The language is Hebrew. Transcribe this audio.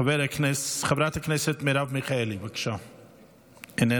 חברת הכנסת מרב מיכאלי, איננה.